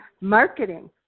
marketing